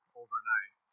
overnight